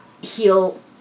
heal